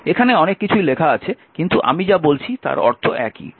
এখানে অনেক কিছুই লেখা আছে কিন্তু আমি যা বলছি তার অর্থ একই